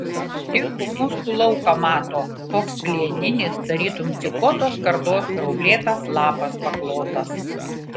ir kopūstų lauką mato toks plieninis tarytum cinkuotos skardos gruoblėtas lapas paklotas